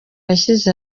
yashyize